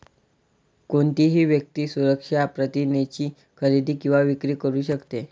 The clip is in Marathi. कोणतीही व्यक्ती सुरक्षा प्रतिज्ञेची खरेदी किंवा विक्री करू शकते